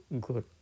good